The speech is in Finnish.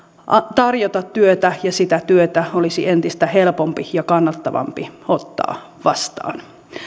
tarjota työtä ja että sitä työtä olisi entistä helpompi ja kannattavampi ottaa vastaan